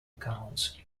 accounts